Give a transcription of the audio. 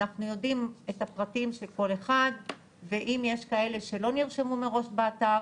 אנחנו יודעים את הפרטים של כל אחד ואם יש כאלה שלא נרשמו מראש באתר,